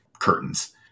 curtains